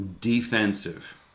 defensive